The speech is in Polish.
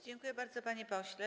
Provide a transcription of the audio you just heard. Dziękuję bardzo, panie pośle.